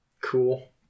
Cool